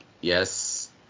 yes